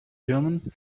german